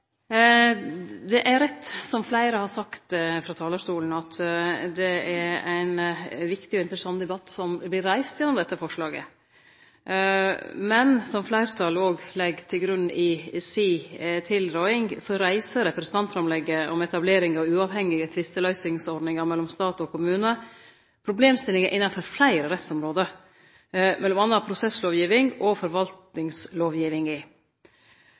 Det er rett som fleire har sagt frå talarstolen, at det er ein viktig og interessant debatt som blir reist gjennom dette forslaget. Men som fleirtalet også legg til grunn i si tilråding, reiser representantforslaget om etablering av uavhengige tvisteløysingsordningar mellom stat og kommune problemstillingar innanfor fleire rettsområde, m.a. prosesslovgivinga og